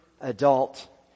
adult